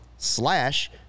slash